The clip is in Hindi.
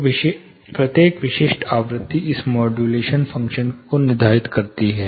तो प्रत्येक विशिष्ट आवृत्ति इस माड्यूलेशन फ़ंक्शन को निर्धारित करती है